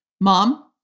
mom